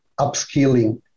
upskilling